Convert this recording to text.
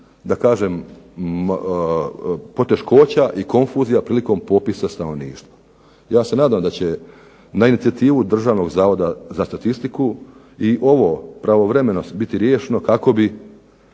da kažem poteškoća i konfuzija prilikom popisa stanovništva. Ja se nadam da će na inicijativu Državnog zavoda za statistiku i ovo pravovremeno biti riješeno kako bi